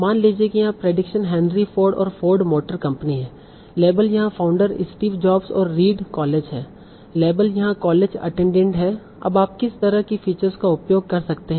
मान लीजिए कि यहाँ प्रेडिक्शन हेनरी फोर्ड और फोर्ड मोटर कंपनी हैं लेबल यहाँ फाउंडर स्टीव जॉब्स और रीड कॉलेज हैं लेबल यहाँ कॉलेज अटेंनडेड है अब आप किस तरह की फीचर्स का उपयोग कर सकते हैं